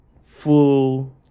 full